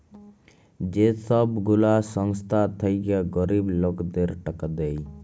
যে ছব গুলা সংস্থা থ্যাইকে গরিব লকদের টাকা দেয়